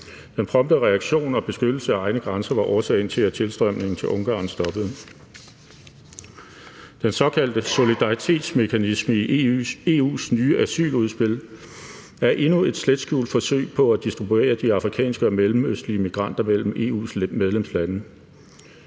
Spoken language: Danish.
Den prompte reaktion og beskyttelse af egne grænser var årsagen til, at tilstrømningen til Ungarn stoppede. Den såkaldte solidaritetsmekanisme i EU's nye asyludspil er endnu et slet skjult forsøg på at distribuere de afrikanske og mellemøstlige migranter mellem EU's medlemslande.